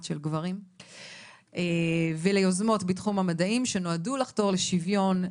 של גברים וליוזמות בתחום המדעים שנועדו לחתור לשוויון,